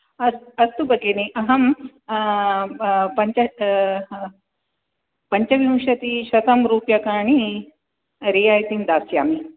अस्तु भगिनि अहं पञ्च पञ्चविंशतिशतं रूप्यकाणि रियायितिं दास्यामि